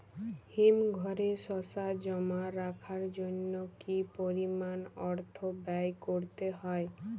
হিমঘরে শসা জমা রাখার জন্য কি পরিমাণ অর্থ ব্যয় করতে হয়?